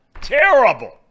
Terrible